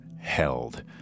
held